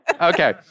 Okay